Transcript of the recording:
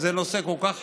זה נושא כל כך חשוב,